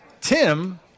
Tim